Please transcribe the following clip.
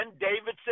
Davidson